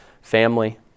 family